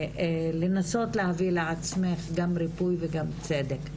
לנסות להביא לעצמך גם ריפוי וגם צדק,